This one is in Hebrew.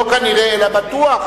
לא כנראה אלא בטוח.